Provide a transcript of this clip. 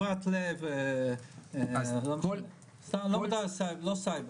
לא סייבר.